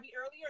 earlier